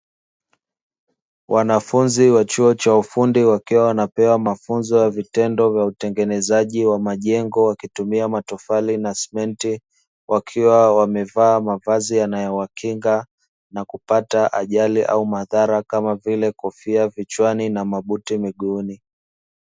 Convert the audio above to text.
Wanafunzi wa chuo cha ufundi wakiwa wanapewa mafunzo yavitendo vya utengenezaji wa majengo wakitumia matofali na simenti, wakiwa wamevaa mavazi yanayowakinga na kupata ajali au madhara kama vile, kofia kichwani na mabuti miguuni.